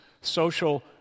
Social